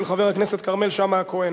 של חבר הכנסת כרמל שאמה-הכהן.